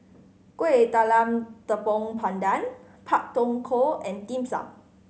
Kueh Talam Tepong Pandan Pak Thong Ko and Dim Sum